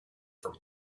for